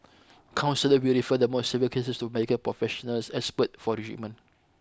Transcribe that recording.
counsellors will refer the more severe cases to medical professionals expert for treatment